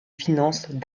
finances